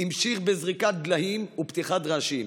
המשיך בזריקת דליים ופתיחת ראשים,